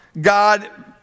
God